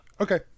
Okay